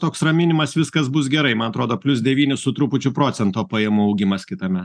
toks raminimas viskas bus gerai man atrodo plius devyni su trupučiu procento pajamų augimas kitamet